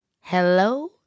Hello